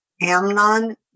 Amnon